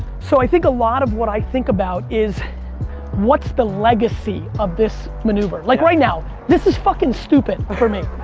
so i think a lot of what i think about is what's the legacy of this manuever. yeah. like right now, this is fucking stupid for me.